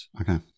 Okay